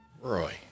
Roy